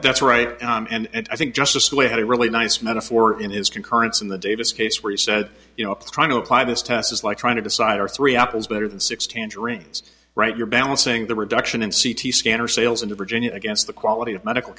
that's right and i think justice we had a really nice metaphor in his concurrence in the davis case where he said you know i'm trying to apply this test is like trying to decide are three apples better than six tangerines right you're balancing the reduction in c t scanner sales into virginia against the quality of medical